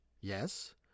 Yes